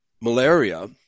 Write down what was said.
malaria